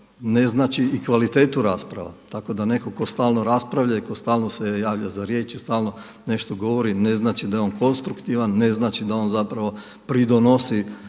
ne znači i kvalitetu rasprava, tako da netko tko stalno raspravlja i tko se stalno javlja za riječ i stalno nešto govori, ne znači da je on konstruktivan, ne znači da on pridonosi